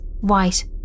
white